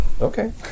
Okay